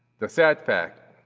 the sad fact,